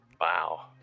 Wow